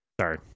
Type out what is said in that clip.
sorry